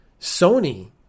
Sony